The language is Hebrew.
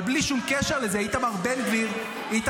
אבל בלי שום קשר לזה ------- איתמר בן גביר ואנשי